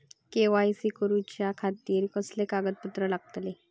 KYC करूच्या खातिर कसले कागद लागतले?